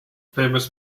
famous